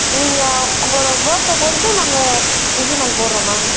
நீங்கள் உங்களோடய ஒர்க்கை பொறுத்து நாங்கள் இன்கிரிமெண்ட் போடுறோம் மேம்